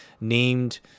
named